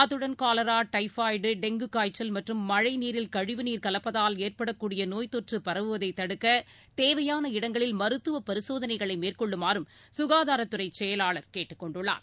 அத்துடன் cholera typhoid dengue காய்ச்சல் மற்றும் மழை நீரில் கழிவுநீர் கலப்பதால் ஏற்படக்கூடிய நோய்த் தொற்று பரவுவதை தடுக்க தேவையான இடங்களில் மருத்துவ பரிசோதனைகளை மேற்கொள்ளுமாறும் சுகாதாரத்துறை செயலாளர் கேட்டுக் கொண்டுள்ளார்